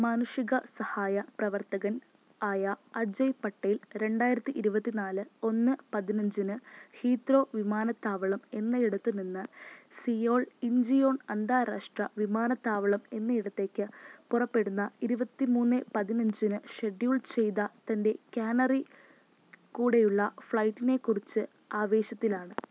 മാനുഷികസഹായ പ്രവർത്തകനായ അജയ് പട്ടേൽ രണ്ടായിരത്തി ഇരുപത്തിനാല് ഒന്ന് പതിനഞ്ചിന് ഹീത്രൂ വിമാനത്താവളം എന്നയിടത്തുനിന്ന് സിയോൾ ഇമ്ജിയോൺ അന്താരാഷ്ട്ര വിമാനത്താവളം എന്നയിടത്തേക്ക് പുറപ്പെടുന്ന ഇരുപത്തിമൂന്ന് പതിനഞ്ചിന് ഷെഡ്യൂൾ ചെയ്ത തൻറ്റെ കാനറി കൂടെയുള്ള ഫ്ളൈറ്റിനെക്കുറിച്ച് ആവേശത്തിലാണ്